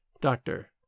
doctor